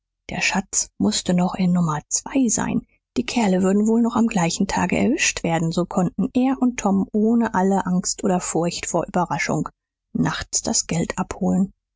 der schatz mußte noch in nummer zwei sein die kerle würden wohl noch am gleichen tage erwischt werden so konnten er und tom ohne alle angst oder furcht vor überraschung nachts das geld abholen